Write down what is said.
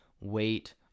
wait